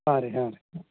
ಹಾಂ ರಿ ಹಾಂ ರಿ